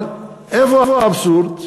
אבל איפה האבסורד?